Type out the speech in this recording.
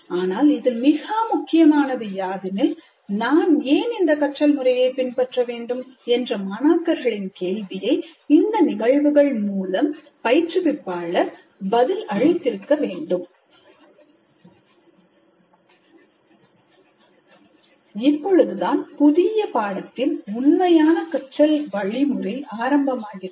ஆனால் இதில் மிக முக்கியமானது யாதெனில் நான் ஏன் இந்த கற்றல் முறையை பின்பற்ற வேண்டும் என்ற மாணாக்கர்களின் கேள்வியை இந்த நிகழ்வுகள் மூலம் பயிற்றுவிப்பாளர் பதில் அளித்திருக்க வேண்டும் இப்பொழுதுதான் புதிய பாடத்தின் உண்மையான கற்றல் வழிமுறை ஆரம்பமாகிறது